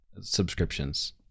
subscriptions